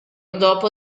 dopo